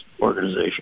organization